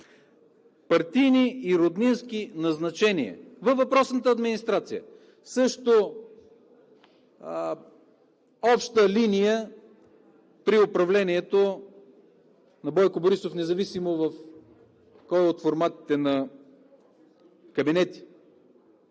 Партийни и роднински назначения във въпросната администрация – също обща линия при управлението на Бойко Борисов, независимо при кой формат на кабинети.